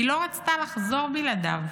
היא לא רצתה לחזור בלעדיו.